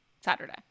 Saturday